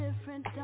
different